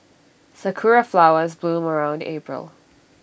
Sakura Flowers bloom around April